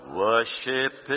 worship